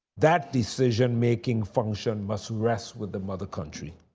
that decision making function must rest with the mother country.